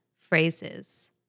phrases